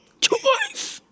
Choice